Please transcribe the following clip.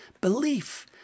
belief